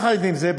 יחד עם זה,